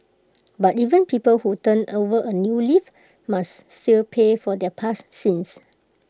but even people who turn over A new leaf must still pay for their past sins